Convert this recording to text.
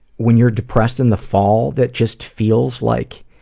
when you're depressed in the fall, that just feels like,